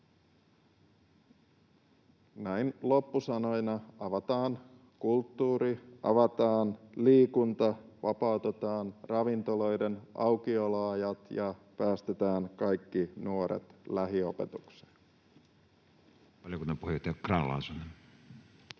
Näin loppusanoina: avataan kulttuuri, avataan liikunta, vapautetaan ravintoloiden aukioloajat ja päästetään kaikki nuoret lähiopetukseen. [Speech 254] Speaker: